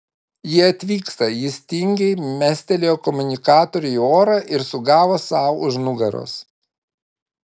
jie atvyksta jis tingiai mestelėjo komunikatorių į orą ir sugavo sau už nugaros